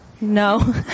No